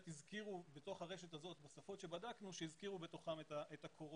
הזכירו בתוכן - בתוך הרשת הזאת בשפות שבדקנו - את הקורונה.